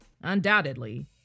undoubtedly